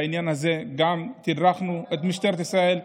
בעניין הזה גם תדרכנו את משטרת ישראל,